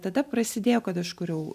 tada prasidėjo kad aš kūriau